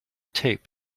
tape